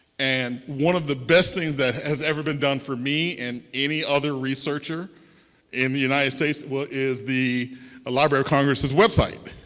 and one of the best things that has ever been done for me and any other researcher in the united states is the ah library of congress's website,